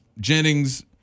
Jennings